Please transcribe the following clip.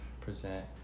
present